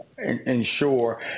ensure